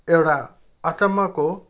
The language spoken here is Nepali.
एउटा अचम्मको